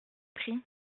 prix